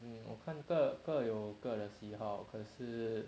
嗯我看个各有各的喜好可是:eg wo kan ge ge you ge de xi hao ke shi